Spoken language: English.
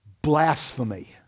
blasphemy